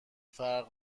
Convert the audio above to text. فرق